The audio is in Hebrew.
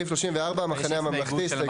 סעיף 34, המחנה הממלכתי.